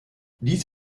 dies